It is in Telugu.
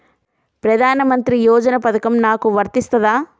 ప్రధానమంత్రి యోజన పథకం నాకు వర్తిస్తదా?